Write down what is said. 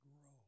grow